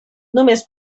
només